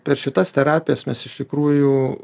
per šitas terapijas mes iš tikrųjų